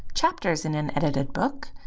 chapters in an edited book,